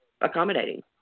accommodating